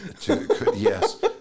yes